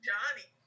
Johnny